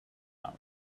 out